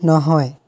নহয়